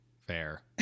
fair